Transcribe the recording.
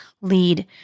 lead